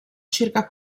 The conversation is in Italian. circa